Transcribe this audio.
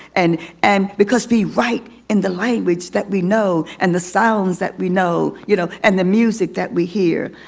and and because we write in the language that we know and the sounds that we know, you know, and the music that we hear.